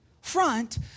Front